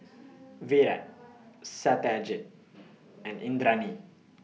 Virat Satyajit and Indranee